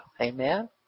Amen